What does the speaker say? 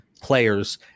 players